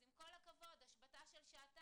אז עם כל הכבוד, השבתה של שעתיים